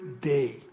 day